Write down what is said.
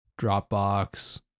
Dropbox